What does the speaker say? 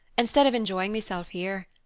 instead of enjoying myself here.